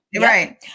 Right